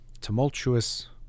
tumultuous